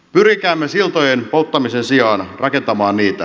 pyrkikäämme siltojen polttamisen sijaan rakentamaan niitä